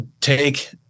take